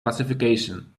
classification